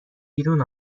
بیرون